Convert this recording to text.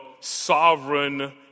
sovereign